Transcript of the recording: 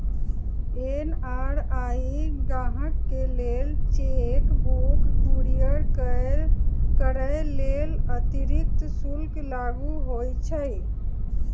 NRI गाहकके लेल cheque book courier करय लेल अतिरिक्त शुल्क लागू होइ छइ